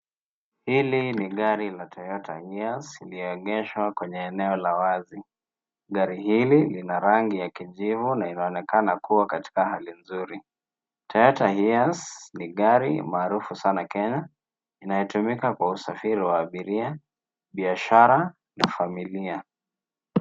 Hili ni gari la Toyota Hiace iliyoegeshwa kwenye eneo la wazi. Gari hili lina rangi ya kijivu na inaonekana kuwa katika hali nzuri. Toyota Hiace ni gari maarufu sana Kenya inayotumika kwa usafiri wa abiria, biashara na familia.